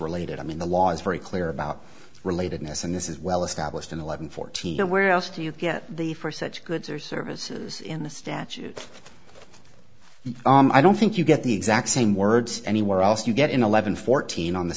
related i mean the law is very clear about relatedness and this is well established in eleven fourteen where else do you get the first such goods or services in the statute i don't think you get the exact same words anywhere else you get in eleven fourteen on the